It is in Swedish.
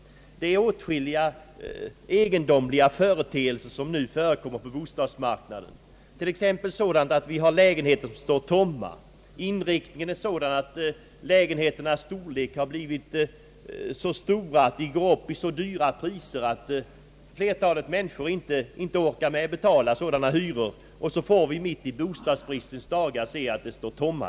Det är åtskilliga egendomliga företeelser som nu förekommer på <bostadsmarknaden, t.ex. den att vi har lägenheter som står tomma. Inriktningen är sådan, att lägenheterna i vissa fall har blivit så stora att de går upp i så höga hyror att flertalet människor inte orkar med att betala dem. Därför får vi mitt i bostadsbristens dagar uppleva att lägenheter står tomma.